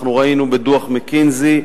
אנחנו ראינו בדוח "מקינזי"